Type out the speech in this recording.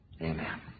Amen